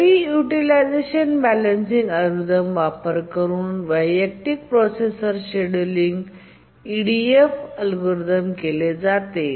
जरी utilisation balancing algorithm वापर करून वैयक्तिक प्रोसेसर शेड्यूलिंग EDF अल्गोरिदम केले जाते